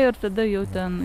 ir tada jau ten